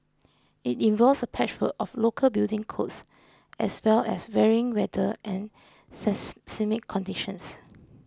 it involves a patchwork of local building codes as well as varying weather and says conditions